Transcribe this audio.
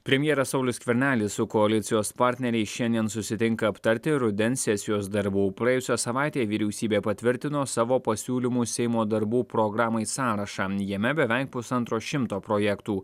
premjeras saulius skvernelis su koalicijos partneriais šiandien susitinka aptarti rudens sesijos darbų praėjusią savaitę vyriausybė patvirtino savo pasiūlymų seimo darbų programai sąrašą jame beveik pusantro šimto projektų